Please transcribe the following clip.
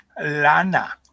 Lana